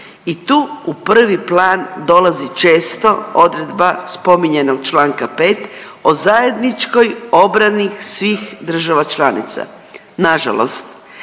I tu u prvi plan dolazi često odredba spominjanog čl. 5 o zajedničkoj obrani svih država članica. Nažalost